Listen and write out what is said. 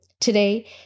Today